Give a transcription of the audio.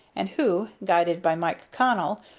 and who, guided by mike connell,